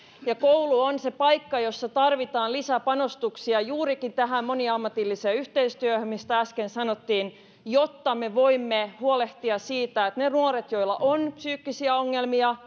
ja koulu on se paikka jossa tarvitaan lisäpanostuksia juurikin tähän moniammatilliseen yhteistyöhön mistä äsken sanottiin jotta me voimme huolehtia siitä että ne ne nuoret joilla on psyykkisiä ongelmia